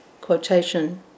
quotation